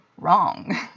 wrong